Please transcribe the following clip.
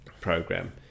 program